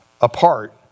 apart